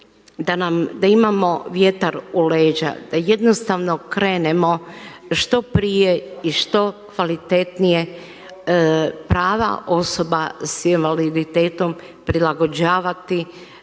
da imamo vjetar u leđa da jednostavno krenemo što prije i što kvalitetnije prava osoba s invaliditetom prilagođavati